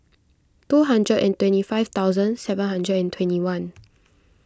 two hundred and twenty five thousand seven hundred and twenty one